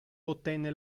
ottenne